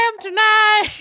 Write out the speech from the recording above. tonight